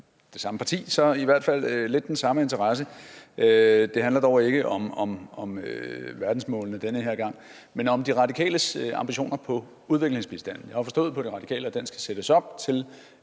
det samme parti så i hvert fald lidt den samme interesse. Det handler dog ikke om verdensmålene den her gang, men om De Radikales ambitioner om udviklingsbistanden. Jeg har forstået på De Radikale, at den skal sættes op til